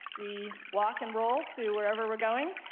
we walk and roll to wherever we are going.